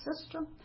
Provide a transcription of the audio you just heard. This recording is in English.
system